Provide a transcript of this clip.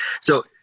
So-